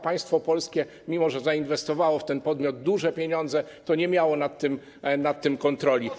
Państwo polskie, mimo że zainwestowało w ten podmiot duże pieniądze, nie miało nad tym kontroli.